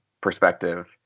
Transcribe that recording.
perspective